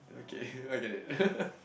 okay I'll get it